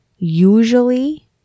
usually